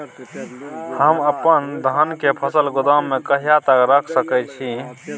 हम अपन धान के फसल गोदाम में कहिया तक रख सकैय छी?